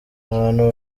abantu